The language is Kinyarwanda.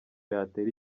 yatera